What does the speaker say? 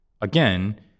Again